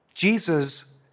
Jesus